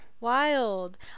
Wild